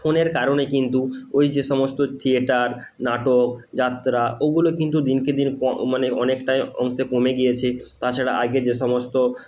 ফোনের কারণে কিন্তু ওই যে সমস্ত থিয়েটার নাটক যাত্রা ওগুলো কিন্তু দিনকে দিন কম মানে অনেকটাই অংশে কমে গিয়েছে তাছাড়া আগে যে সমস্ত